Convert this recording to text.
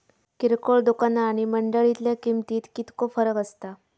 किरकोळ दुकाना आणि मंडळीतल्या किमतीत कितको फरक असता?